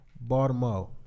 Baltimore